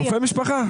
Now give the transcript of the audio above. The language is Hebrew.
רופא משפחה.